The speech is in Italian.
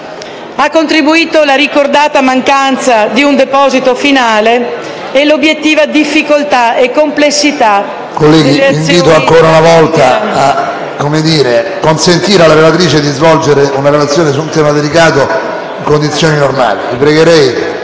Ha contributo la ricordata mancanza di un deposito finale e l'obiettiva difficoltà e complessità delle operazioni da compiere. *(Brusio).* PRESIDENTE. Colleghi, vi invito ancora una volta a consentire alla relatrice di svolgere la relazione su un tema così delicato in condizioni idonee. Vi pregherei